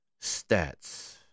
Stats